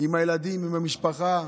עם הילדים, עם המשפחה,